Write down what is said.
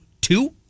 two